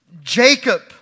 Jacob